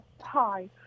hi